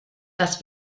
das